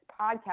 podcast